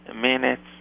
minutes